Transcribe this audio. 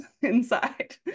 inside